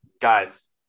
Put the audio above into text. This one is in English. guys